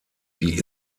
die